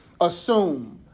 assume